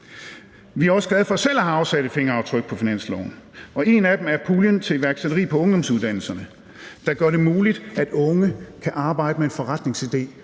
Vi er også glade for selv at have sat fingeraftryk på finansloven, og et af dem er puljen til iværksætteri på ungdomsuddannelserne, der gør det muligt, at unge kan arbejde med en forretningsidé